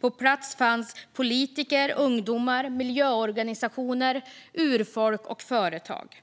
På plats fanns politiker, ungdomar, miljöorganisationer, urfolk och företag.